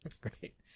Great